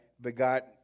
begot